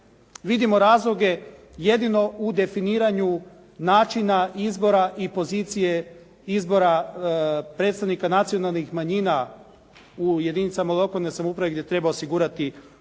Vidimo razloge jedino u definiranju načina izbora i pozicije izbora predstavnika nacionalnih manjina u jedinicama lokalne samouprave gdje treba osigurati